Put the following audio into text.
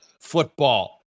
football